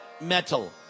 Metal